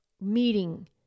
meeting